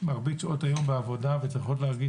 שעות היום בעבודה והן צריכות להרגיש